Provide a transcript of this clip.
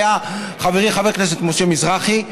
היה חברי חבר הכנסת משה מזרחי,